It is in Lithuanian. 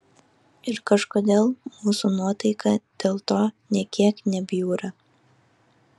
ir kažkodėl mūsų nuotaika dėl to nė kiek nebjūra